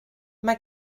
mae